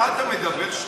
מה אתה מדבר שטויות.